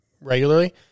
regularly